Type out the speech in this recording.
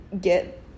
get